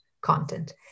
content